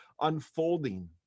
unfolding